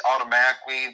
automatically